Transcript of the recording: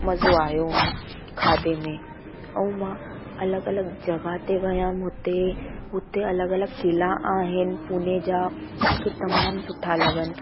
मज़ो आहियो हुन खाधे में ऐं मां ऐं मां अलॻि अलॻि जॻह ते वियमि हुते हुते अलॻि अलॻि क़िला आहिनि पूने जा मूंखे तमामु सुठा लॻनि